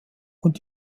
und